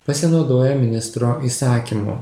pasinaudoję ministro įsakymu